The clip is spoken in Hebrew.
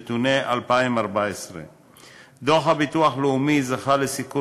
נתוני 2014. דוח הביטוח הלאומי זכה לסיקור